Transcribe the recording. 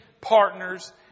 Partners